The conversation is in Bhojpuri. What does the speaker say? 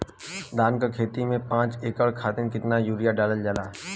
धान क खेती में पांच एकड़ खातिर कितना यूरिया डालल जाला?